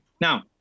Now